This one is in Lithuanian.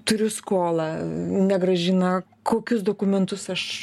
turiu skolą negrąžina kokius dokumentus aš